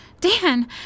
dan